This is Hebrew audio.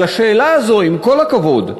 על השאלה הזו, עם כל הכבוד,